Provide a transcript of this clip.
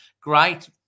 Great